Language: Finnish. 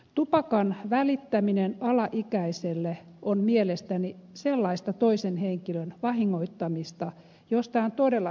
tupakan välittäminen alaikäiselle on mielestäni sellaista toisen henkilön vahingoittamista josta on todella syytä rangaista